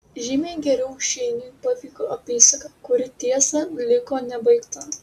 žymiai geriau šeiniui pavyko apysaka kuri tiesa liko nebaigta